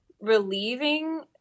relieving